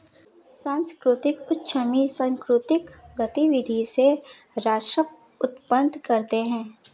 सांस्कृतिक उद्यमी सांकृतिक गतिविधि से राजस्व उत्पन्न करते हैं